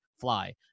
fly